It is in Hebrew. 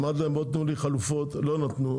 אמרתי להם: בואו, תנו לי חלופות, לא נתנו.